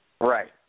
right